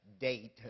date